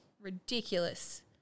Ridiculous